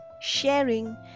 sharing